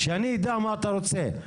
שאני אדע מה אתה רוצה.